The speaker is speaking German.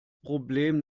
problem